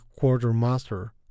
quartermaster